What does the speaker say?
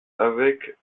avec